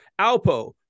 alpo